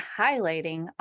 highlighting